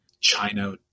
China